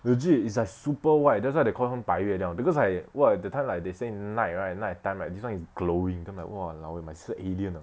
legit is like super white that's why they call her 白月亮 because like [what] that time like they say night right night time right this [one] is glowing then I'm like !walao! eh my sister alien ah